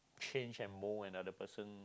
change and mold another person